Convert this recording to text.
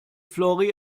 flori